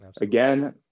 again